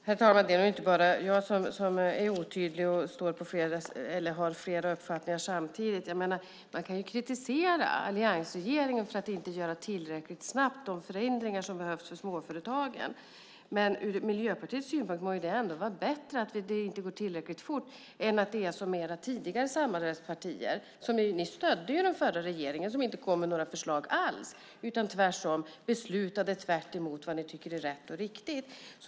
Herr talman! Det är nog inte bara jag som är otydlig och har flera uppfattningar samtidigt. Man kan kritisera alliansregeringen för att inte tillräckligt snabbt göra de förändringar som behövs för småföretagen, men från Miljöpartiets synpunkt må det väl ändå vara bättre att det inte går särskilt fort än att det ska vara som det var med era tidigare samarbetspartier. Ni stödde ju den förra regeringen som inte kom med några förslag alls utan fattade beslut som gick tvärtemot vad ni tycker är rätt och riktigt.